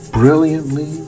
brilliantly